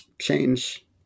change